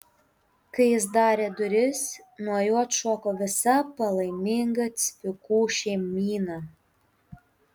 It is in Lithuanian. kai jis darė duris nuo jų atšoko visa palaiminga cvikų šeimyna